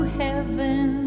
heaven